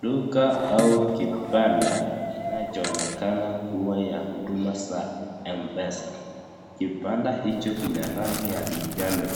Duka au kibanda kinachoonekana kuwa ya huduma za Mpesa. Kibanda hicho kina rangi ya kijani.